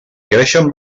creixen